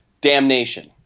damnation